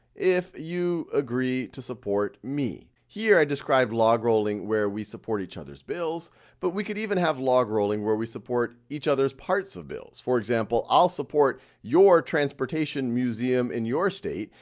if you agree to support me. here i describe logrolling where we support each others bills but we could even have logrolling where we support each others parts of bills. for example, i'll support your transportation museum in your state,